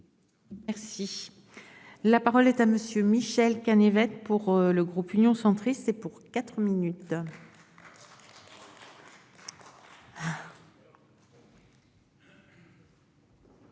Merci. La parole est à monsieur Michel un évêque pour le groupe Union centriste, c'est pour 4 minutes.